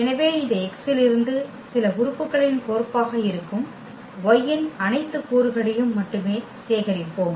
எனவே இந்த X லிருந்து சில உறுப்புகளின் கோர்ப்பாக இருக்கும் y இன் அனைத்து கூறுகளையும் மட்டுமே சேகரிப்போம்